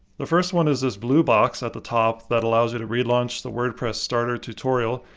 the first one is this blue box at the top that allows you to relaunch the wordpress starter tutorial,